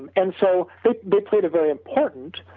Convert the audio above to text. and and so they played a very important,